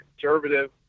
conservative